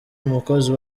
umukozi